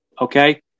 okay